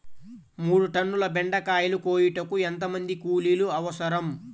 మూడు టన్నుల బెండకాయలు కోయుటకు ఎంత మంది కూలీలు అవసరం?